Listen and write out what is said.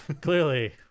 Clearly